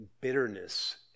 bitterness